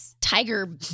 Tiger